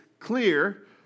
clear